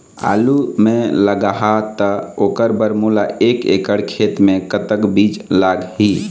आलू मे लगाहा त ओकर बर मोला एक एकड़ खेत मे कतक बीज लाग ही?